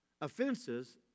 Offenses